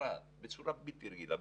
בצורה בלתי רגילה.